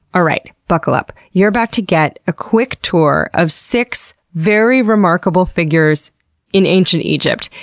alright, buckle up. you're about to get a quick tour of six very remarkable figures in ancient egypt,